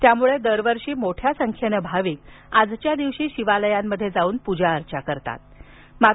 त्यामुळे दरवर्षी मोठ्या संख्येने भाविक आजच्या दिवशी शिवालयांमध्ये जाऊन पूजाअर्चा करतात